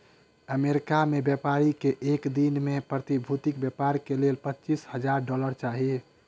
America में व्यापारी के एक दिन में प्रतिभूतिक व्यापार के लेल पचीस हजार डॉलर चाही